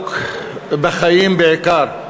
לעסוק בחיים בעיקר.